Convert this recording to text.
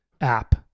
app